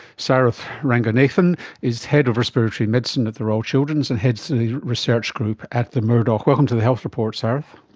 sarath ranganathan is head of respiratory medicine at the royal children's and heads the research group at the murdoch. welcome to the health report, sarath.